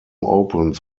opens